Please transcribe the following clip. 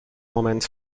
moment